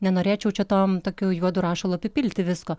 nenorėčiau čia tom tokiu juodu rašalu apipilti visko